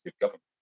government